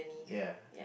ya